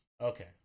Okay